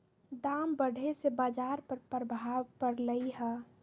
दाम बढ़े से बाजार पर प्रभाव परलई ह